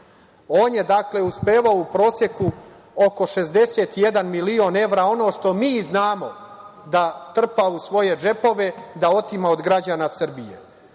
je uspevao, u proseku, oko 61 milion evra, ono što mi znamo, da trpa u svoje džepove, da otima od građana Srbije.